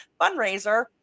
fundraiser